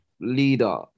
leader